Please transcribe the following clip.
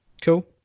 Cool